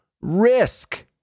risk